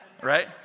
right